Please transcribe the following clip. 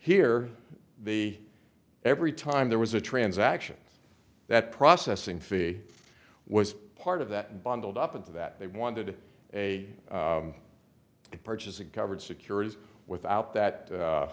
here the every time there was a transactions that processing fee was part of that bundled up into that they wanted a purchase it covered securities without that